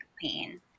pain